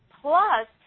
plus